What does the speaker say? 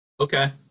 Okay